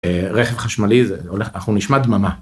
רכב חשמלי, אנחנו נשמע דממה.